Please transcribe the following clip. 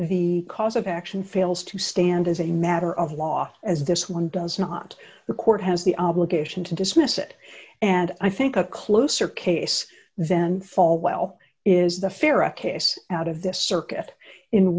the cause of action fails to stand as a matter of law as this one does not the court has the obligation to dismiss it and i think a closer case then falwell is the fair a case out of this circuit in